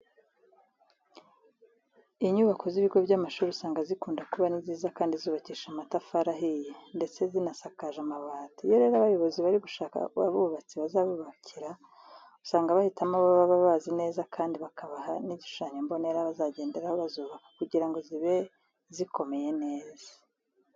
Inyubako z'ibigo by'amashuri usanga zikunda kuba ari nziza kandi zubakishije amatafari ahiye ndetse zinasakaje amabati. Iyo rero abayobozi bari gushaka abubatsi bazazubaka usanga bahitamo abo baba bazi neza kandi bakabaha n'igishushanyo mbonera bazagenderaho bazubaka kugira ngo zibe zikomeye neza.